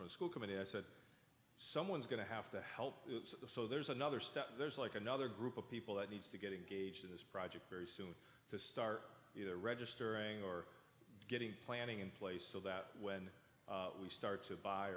home school committee i said someone's going to have to help so there's another step there's like another group of people that needs to get engaged in this project very soon to start registering or getting planning in place so that when we start to buy